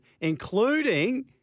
including